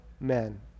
men